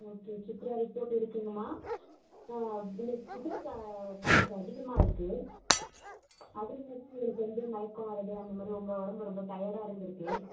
okay Chitra report இருக்குங்கமா உங்களுக்கு sugar point அதிகமாக இருக்கு அதனால தான் உங்களுக்கு வந்து மயக்கம் வரது அந்த மாதிரி ரொம்ப உடம்பு ரொம்ப டயாடாக இருந்துருக்கு